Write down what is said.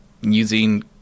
using